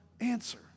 answer